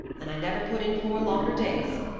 and i never put in four longer days.